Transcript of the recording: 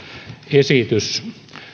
esitys